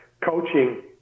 coaching